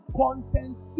content